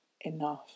enough